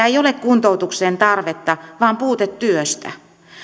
ei ole kuntoutuksen tarvetta vaan puute työstä